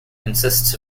consists